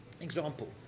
example